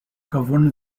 govern